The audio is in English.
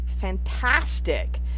Fantastic